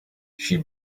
she